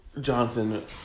Johnson